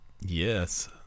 yes